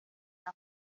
una